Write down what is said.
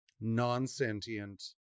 non-sentient